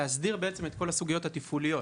כדי להסדיר את כל הסוגיות התפעוליות.